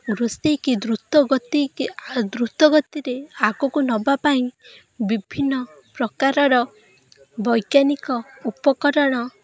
ରୋଷେଇ କି ଦ୍ରୁତ ଗତି କି ଦ୍ରୁତ ଗତିରେ ଆଗକୁ ନବା ପାଇଁ ବିଭିନ୍ନ ପ୍ରକାରର ବୈଜ୍ଞାନିକ ଉପକରଣ